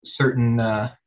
certain